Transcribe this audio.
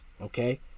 okay